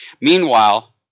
Meanwhile